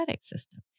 system